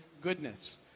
goodness